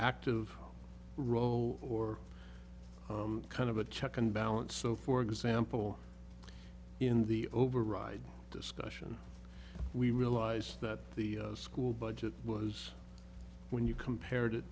active role or kind of a check and balance so for example in the override discussion we realized that the school budget was when you compare